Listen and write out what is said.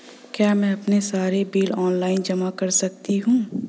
क्या मैं अपने सारे बिल ऑनलाइन जमा कर सकती हूँ?